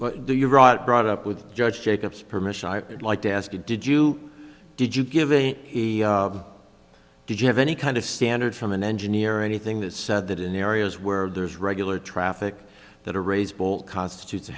that do you brought brought up with judge jacobs permission i would like to ask you did you did you give a did you have any kind of standard from an engineer or anything that said that in areas where there's regular traffic that a raised bolt constitutes a